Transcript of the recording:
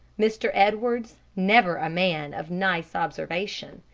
mr. edwards, never a man of nice observation,